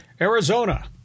Arizona